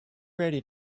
ready